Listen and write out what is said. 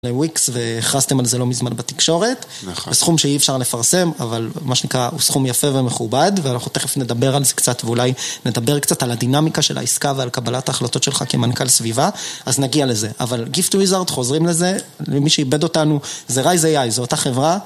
ל Wix, והכרזתם על זה לא מזמן בתקשורת. נכון. סכום שאי אפשר לפרסם, אבל מה שנקרא, הוא סכום יפה ומכובד, ואנחנו תכף נדבר על זה קצת, ואולי נדבר קצת על הדינמיקה של העסקה ועל קבלת ההחלטות שלך כמנכ"ל סביבה, אז נגיע לזה. אבל gift wizard חוזרים לזה, למי שאיבד אותנו, זה rise ai, זה אותה חברה.